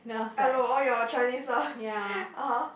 hello all your Chinese ah (aha)